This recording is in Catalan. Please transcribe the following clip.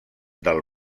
del